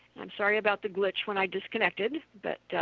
i'm sorry about the glitch when i disconnected. but